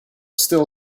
still